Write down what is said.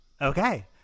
Okay